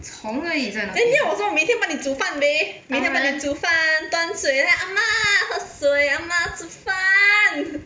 then 你要我什么每天帮你煮饭呗每天帮你煮饭倒水 then 阿嬷喝水阿嬷煮饭